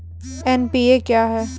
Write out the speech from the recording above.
NPA क्या हैं?